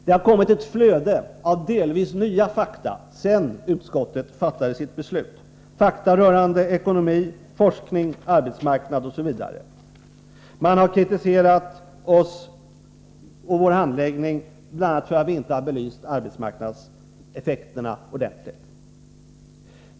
Det har kommit ett flöde av delvis nya fakta sedan utskottet fattade sitt beslut — fakta rörande ekonomi, forskning, arbetsmarknad osv. Man har kritiserat oss och vår handläggning, bl.a. för att vi inte belyst arbetsmarknadseffekterna ordentligt.